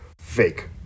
fake